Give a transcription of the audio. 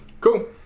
Cool